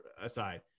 aside